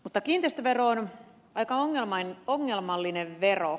mutta kiinteistövero on aika ongelmallinen vero